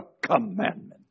commandment